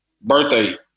Birthday